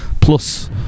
plus